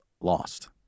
lost